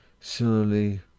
Similarly